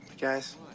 guys